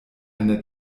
eine